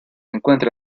encuentra